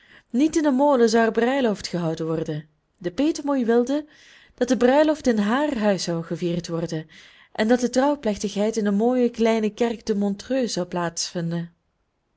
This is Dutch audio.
niet in den molen zou er bruiloft gehouden worden de petemoei wilde dat de bruiloft in haar huis zou gevierd worden en dat de trouwplechtigheid in de mooie kleine kerk te montreux zou